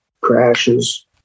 crashes